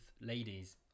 ladies